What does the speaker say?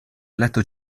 eletto